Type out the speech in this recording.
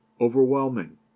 overwhelming